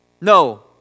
No